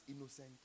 innocent